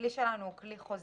הכלי שלנו הוא כלי חוזי.